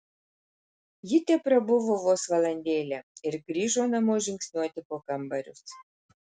ji teprabuvo vos valandėlę ir grįžo namo žingsniuoti po kambarius